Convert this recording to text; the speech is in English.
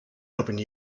opened